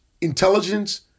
intelligence